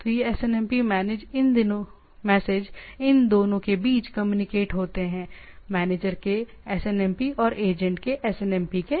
तो ये SNMP message इन दोनों के बीच कम्युनिकेट होते हैं मैनेजर के SNMP और एजेंट के SNMP के बीच